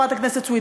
חברת הכנסת סויד?